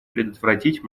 предотвратить